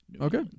Okay